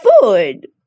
food